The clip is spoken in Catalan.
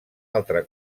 altre